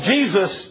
Jesus